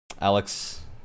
alex